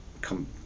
come